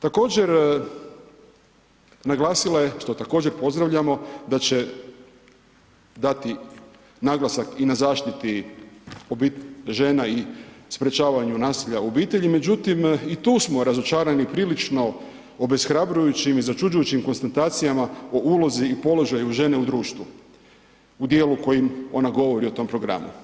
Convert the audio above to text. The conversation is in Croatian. Također, naglasila je što također pozdravljamo, da će dati naglasak i na zaštiti žena i sprječavanju nasilja u obitelji međutim i tu smo razočarani prilično obeshrabrujućim i začuđujućim konstatacijama o ulozi i položaju žene u društvu u djelu u kojim ona govori u tom programu.